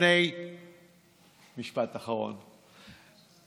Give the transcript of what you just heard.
משפט אחרון,